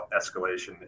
escalation